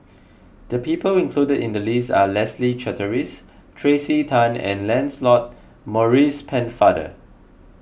the people include in the list are Leslie Charteris Tracey Tan and Lancelot Maurice Pennefather